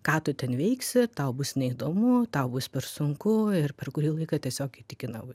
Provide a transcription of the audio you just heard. ką tu ten veiksi tau bus neįdomu tau bus per sunku ir per kurį laiką tiesiog įtikina